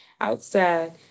Outside